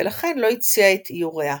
ולכן לא הציעה את איוריה.